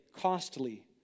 costly